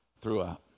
throughout